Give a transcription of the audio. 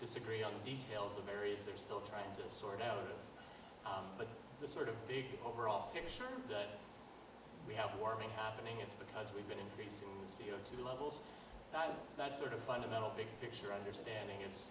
disagree on the details of areas are still trying to sort out but the sort of big overall picture that we have warming happening it's because we've been into the c o two levels that sort of fundamental big picture understanding i